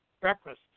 breakfast